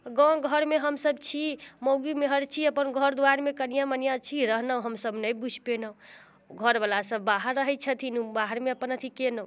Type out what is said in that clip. गाँव घरमे हमसब छी मौगी मेहर छी अपन घर द्वारमे कनिया मनिया छी रहलहुँ नहि बूझि पयलहुँ घर बला सब बाहर रहैत छथिन ओ बाहरमे अपन अथी कयलहुँ